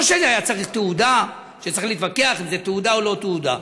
לא שצריך תעודה שצריך להתווכח אם זה תעודה או לא תעודה.